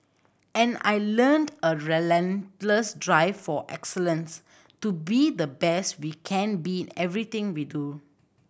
and I learnt a relentless drive for excellence to be the best we can be in everything we do